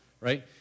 right